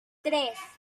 tres